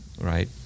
right